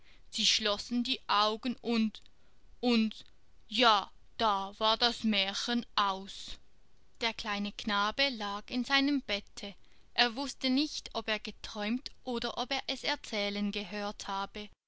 sie schlossen die augen und und ja da war das märchen aus der kleine knabe lag in seinem bette er wußte nicht ob er geträumt oder ob er es erzählen gehört habe